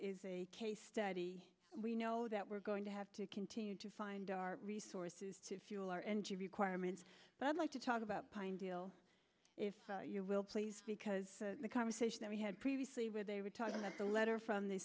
is a case study we know that we're going to have to continue to find our resources to fuel our energy requirements but i'd like to talk about pine deal if you will please because the conversation that we had previously where they were talking about the letter from the